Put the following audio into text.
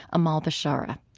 amahl bishara.